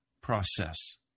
process